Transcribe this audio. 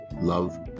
Love